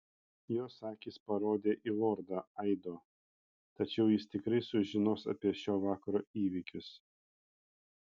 jos akys parodė į lordą aido tačiau jis tikrai sužinos apie šio vakaro įvykius